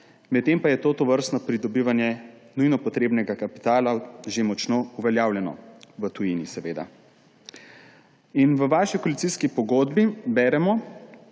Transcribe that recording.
medtem pa je tovrstno pridobivanje nujno potrebnega kapitala že močno uveljavljeno, v tujini, seveda. V vaši koalicijski pogodbi beremo,